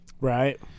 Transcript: Right